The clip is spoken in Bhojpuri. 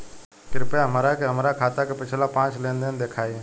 कृपया हमरा के हमार खाता के पिछला पांच लेनदेन देखाईं